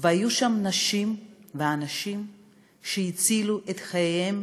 והיו שם נשים ואנשים שהצילו את חייהם